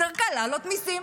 יותר קל להעלות מיסים,